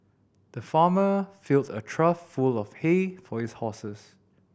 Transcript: the farmer filled a trough full of hay for his horses